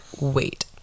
wait